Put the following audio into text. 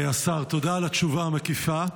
השר, תודה על התשובה המקיפה.